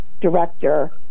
director